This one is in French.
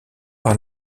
par